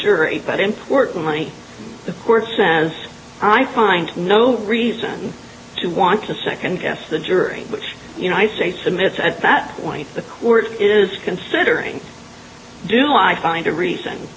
jury but importantly the court says i find no reason to want to second guess the jury which i say submit at that point the court is considering do i find a reason